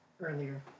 earlier